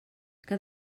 que